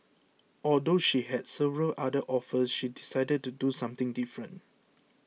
although she had several other offers she decided to do something different